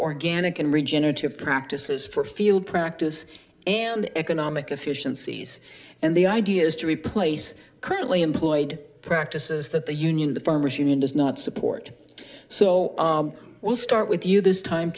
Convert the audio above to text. organic and regenerative practices for field practice and economic efficiencies and the idea is to replace currently employed practices that the union the farmers union does not support so we'll start with you this time